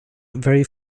very